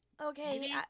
Okay